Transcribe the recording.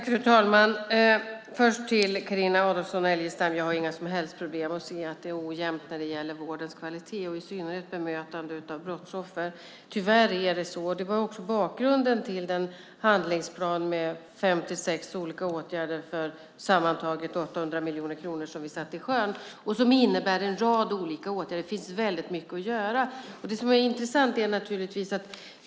Fru talman! Jag har inga som helst problem att se att det är ojämnt när det gäller vårdens kvalitet och, i synnerhet, bemötande av brottsoffer, Carina Adolfsson Elgestam. Tyvärr är det så. Det var också bakgrunden till den handlingsplan med 56 olika åtgärder för sammantaget 800 miljoner kronor som vi satte i sjön. Det finns mycket att göra på detta område.